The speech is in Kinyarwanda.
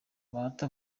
bahati